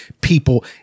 people